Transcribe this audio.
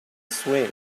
swim